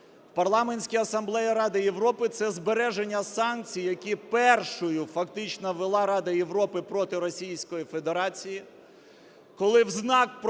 Парламентській Асамблеї Ради Європи – це збереження санкцій, які першою фактично ввела Рада Європи проти Російської Федерації, коли в знак протесту,